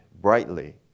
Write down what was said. brightly